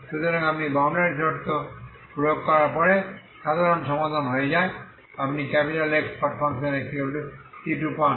সুতরাং আপনি বাউন্ডারি শর্ত 1 প্রয়োগ করার পরে সাধারণ সমাধান হয়ে যায় আপনি Xxc2পান